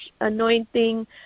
anointing